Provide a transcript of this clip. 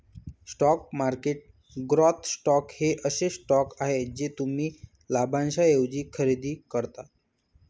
stock market growth stocks हे असे stocks आहेत जे तुम्ही लाभांशाऐवजी खरेदी करता